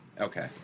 Okay